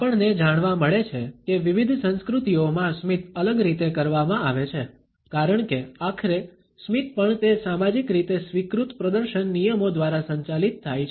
આપણને જાણવા મળે છે કે વિવિધ સંસ્કૃતિઓમાં સ્મિત અલગ રીતે કરવામાં આવે છે કારણ કે આખરે સ્મિત પણ તે સામાજિક રીતે સ્વીકૃત પ્રદર્શન નિયમો દ્વારા સંચાલિત થાય છે